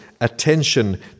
attention